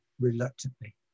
reluctantly